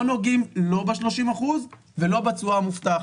לא נוגעים, לא ב-30% ולא בתשואה המובטחת.